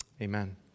Amen